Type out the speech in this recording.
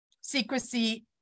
Secrecy